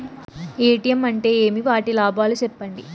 ATM అంటే ఏమి? వాటి లాభాలు సెప్పండి